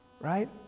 right